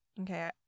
Okay